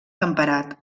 temperat